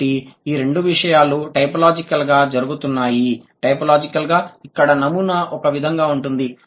కాబట్టి ఈ రెండు విషయాలు టైపోలాజికల్గా జరుగుతున్నాయి టైపోలాజికల్గా ఇక్కడ నమూనా ఒకే విధంగా ఉంటుంది